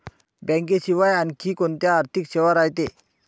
बँकेशिवाय आनखी कोंत्या आर्थिक सेवा रायते?